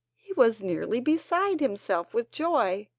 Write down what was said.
he was nearly beside himself with joy,